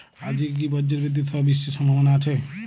আজকে কি ব্রর্জবিদুৎ সহ বৃষ্টির সম্ভাবনা আছে?